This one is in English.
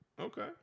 Okay